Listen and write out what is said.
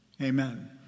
Amen